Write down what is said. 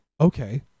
Okay